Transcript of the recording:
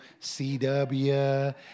CW